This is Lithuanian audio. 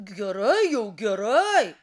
gerai jau gerai